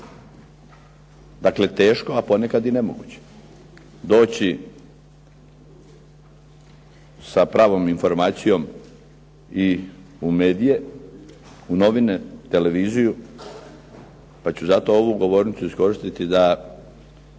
dakle teško, a ponekad i nemoguće, doći sa pravom informacijom i u medije, u novine, televiziju, pa ću zato ovu govornicu iskoristiti da